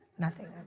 nothing.